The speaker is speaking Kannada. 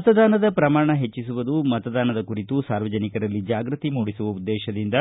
ಮತದಾನದ ಪ್ರಮಾಣ ಹೆಚ್ಚಿಸುವುದು ಮತದಾನದ ಕುರಿತು ಸಾರ್ವಜನಿಕರಲ್ಲಿ ಜಾಗೃತಿ ಮೂಡಿಸುವ ಉದ್ದೇಶದಿಂದ